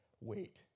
Wait